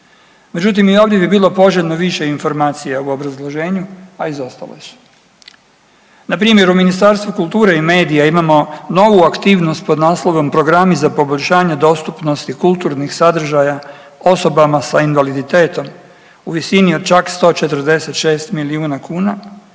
Međutim i ovdje bi bilo poželjno više informacija u obrazloženju, a izostala su. Na primjer u Ministarstvu kulture i medija imamo novu aktivnost pod naslovom Programi za poboljšanje dostupnosti kulturnih sadržaja osobama sa invaliditetom u visini od čak 146 milijuna kuna